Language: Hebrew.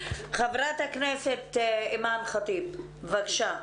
חברת הכנסת אימאן ח'טיב, בבקשה.